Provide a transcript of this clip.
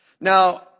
Now